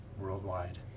worldwide